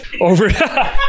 Over